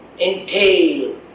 entail